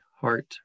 heart